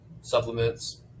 supplements